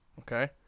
Okay